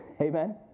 Amen